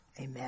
amen